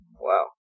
Wow